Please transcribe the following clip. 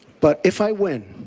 but if i win,